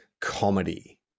comedy